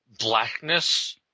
blackness